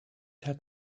had